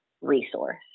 resource